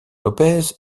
lopez